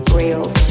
Real